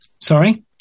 sorry